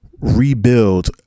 rebuild